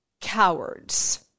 cowards